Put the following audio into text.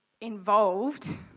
involved